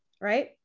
Right